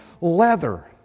leather